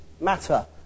matter